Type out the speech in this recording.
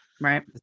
right